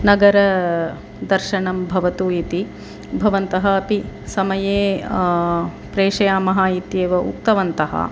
नगरदर्शनं भवतु इति भवन्तः अपि समये प्रेषयामः इत्येव उक्तवन्तः